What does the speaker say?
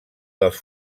dels